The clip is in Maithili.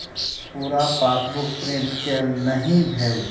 पूरा पासबुक प्रिंट केल नहि भेल